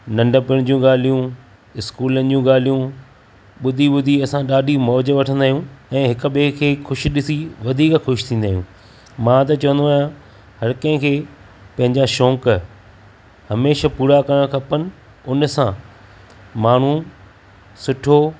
नंढिपणु जूं ॻाल्हियूं स्कूलनि जूं ॻाल्हियूं ॿुधी ॿुधी असां ॾाढी मौज वठंदा आहियूं ऐ हिकु ॿिए खे खु़शि ॾिसी वधीक खु़शि थींदा आहियूं मां त चवंदो आहियां हर किंहिं खें पहिंजा शौक़ हमेशा पूरा करणु खपनि उन सा माण्हू सुठो